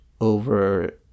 over